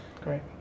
Great